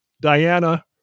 Diana